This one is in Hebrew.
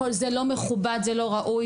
הכל זה לא מכובד זה לא ראוי,